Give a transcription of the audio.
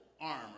arm